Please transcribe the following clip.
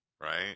right